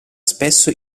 spesso